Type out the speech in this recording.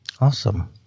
Awesome